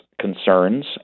concerns